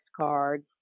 cards